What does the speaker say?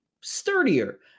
sturdier